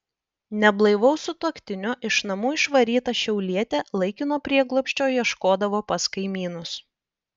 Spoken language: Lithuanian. neblaivaus sutuoktinio iš namų išvyta šiaulietė laikino prieglobsčio ieškodavo pas kaimynus